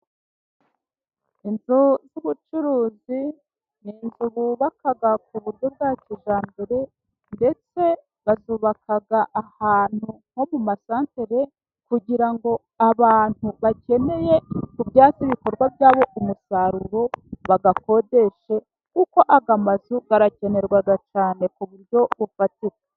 Inzu z'ubucuruzi, ni inzu bubaka ku buryo bwa kijyambere ndetse bazubakaahantu nko mu masatere, kugira ngo abantu bakeneye kubyaza ibikorwa byabo umusaruro bayakodeshe, kuko aya mazu arakenerwa cyane ku buryo bufatika.